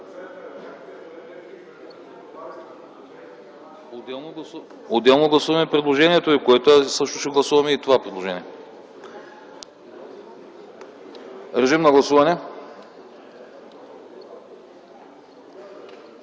Отделно ще гласуваме предложението ви, също ще гласуваме и това предложение. Режим на гласуване.